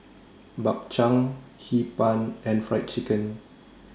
Bak Chang Hee Pan and Fried Chicken